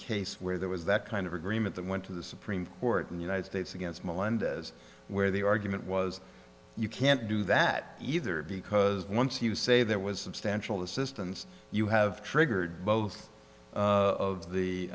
case where there was that kind of agreement that went to the supreme court in the united states against melendez where the argument was you can't do that either because once you say there was substantial assistance you have triggered both of the